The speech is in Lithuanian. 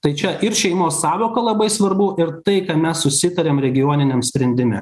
tai čia ir šeimos sąvoka labai svarbu ir tai ką mes susitarėm regioniniam sprendime